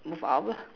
move up